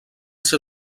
ser